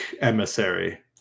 emissary